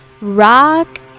Rock